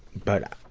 but,